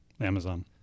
Amazon